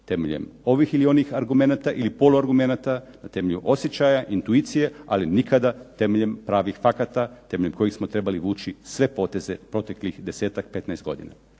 temeljem ovih ili onih argumenata ili polu argumenata, na temelju osjećaja, intuicije, ali nikada temeljem pravih fakata, temeljem kojih smo vući sve poteze proteklih desetak, petnaest godina.